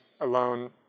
alone